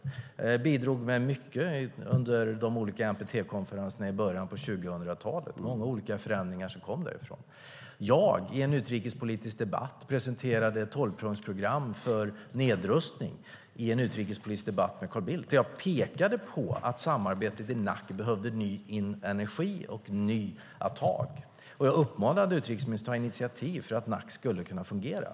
Det bidrog med mycket under de olika NPT-konferenserna i början av 2000-talet. Det var många olika förändringar som kom därifrån. Jag presenterade ett tolvpunktsprogram för nedrustning i en utrikespolitisk debatt med Carl Bildt, där jag pekade på att samarbetet i NAC behövde ny energi och nya tag. Jag uppmanade utrikesministern att ta initiativ för att NAC skulle kunna fungera.